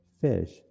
fish